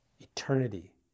eternity